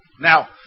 Now